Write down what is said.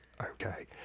okay